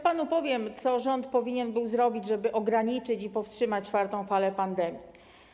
Powiem panu, co rząd powinien był zrobić, żeby ograniczyć i powstrzymać czwartą falę pandemii.